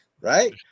right